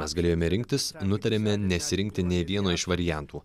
mes galėjome rinktis nutarėme nesirinkti nei vieno iš variantų